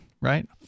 Right